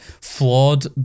flawed